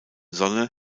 sonne